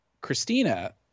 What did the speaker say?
Christina